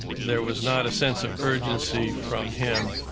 there was not a sense of urgency from him.